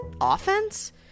offense